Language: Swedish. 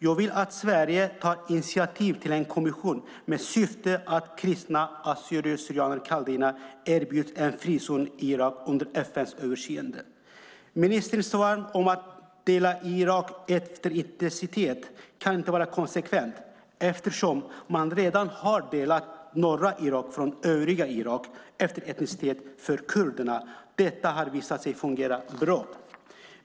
Jag vill nämligen att Sverige tar initiativ till en kommission med syftet att kristna assyrier kaldéer erbjuds en frizon i Irak under FN:s överinseende. Ministerns svar om att dela in Irak efter etnicitet kan inte vara konsekvent eftersom man redan har delat av norra Irak från övriga Irak efter etnicitet när det gäller kurderna. Detta har visat sig fungera bra.